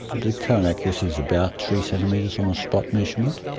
the current accuracy is about three centimetres on a spot measurement.